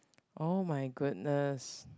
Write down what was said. oh my goodness